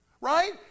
right